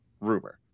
rumor